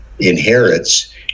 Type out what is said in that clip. inherits